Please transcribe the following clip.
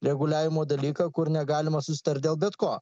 reguliavimo dalyką kur negalima susitart dėl bet ko